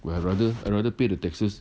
we~ I'd rather I'd rather pay the taxes